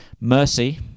Mercy